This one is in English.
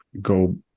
go